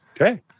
Okay